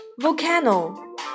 Volcano